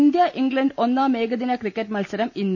India England ഒന്നാം ഏകദിന cricket മത്സരം ഇന്ന്